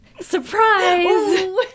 surprise